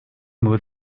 move